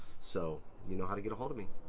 so you know how to get a hold of me.